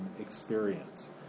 experience